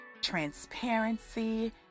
transparency